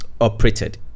operated